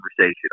conversation